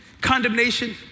condemnation